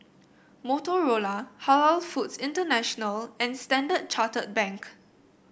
Motorola Halal Foods International and Standard Chartered Bank